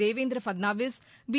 Devendra Fadnavis B